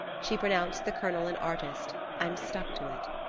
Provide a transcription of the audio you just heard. she pronounced the colonel an artist, and stuck to it.